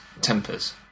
tempers